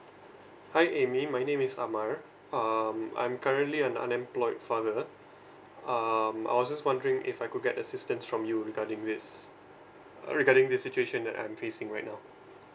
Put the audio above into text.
hi amy name is amar um I'm currently an unemployed father um I was just wondering if I could get assistance from you regarding this uh regarding this situation that I'm facing right now